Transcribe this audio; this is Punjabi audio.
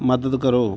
ਮਦਦ ਕਰੋ